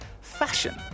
fashion